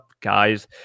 guys